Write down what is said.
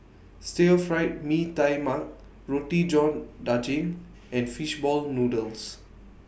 Stir Fried Mee Tai Mak Roti John Daging and Fish Ball Noodles